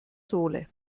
sohle